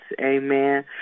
Amen